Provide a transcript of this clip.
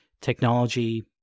technology